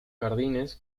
jardines